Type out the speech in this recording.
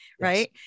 Right